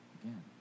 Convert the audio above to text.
again